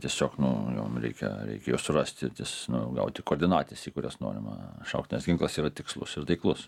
tiesiog nu jom reikia reikia juos surasti ties nu gauti koordinates į kurias norima šaut nes ginklas yra tikslus ir taiklus